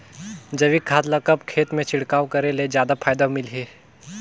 जैविक खाद ल कब खेत मे छिड़काव करे ले जादा फायदा मिलही?